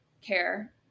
care